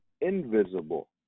invisible